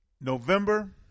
November